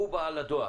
הוא בעל הדואר.